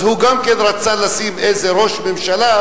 אז הוא גם כן רצה לשים איזה ראש ממשלה,